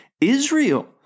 Israel